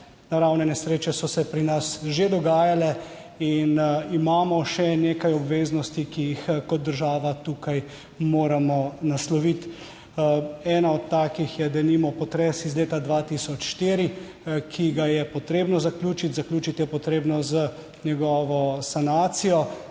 naravne nesreče so se pri nas že dogajale in imamo še nekaj obveznosti, ki jih kot država tukaj moramo nasloviti. Ena od takih je denimo potres iz leta 2004, ki ga je potrebno zaključiti, zaključiti je potrebno z njegovo sanacijo.